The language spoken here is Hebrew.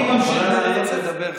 אני ממשיך ברצף,